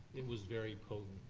it was very potent.